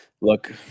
Look